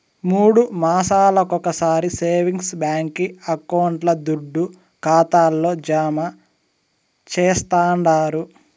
మూడు మాసాలొకొకసారి సేవింగ్స్ బాంకీ అకౌంట్ల దుడ్డు ఖాతాల్లో జమా చేస్తండారు